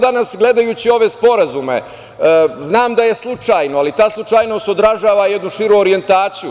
Danas, gledajući ove sporazume, znam da je slučajno, ali ta slučajnost odražava jednu širu orijentaciju.